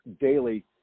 daily